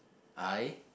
I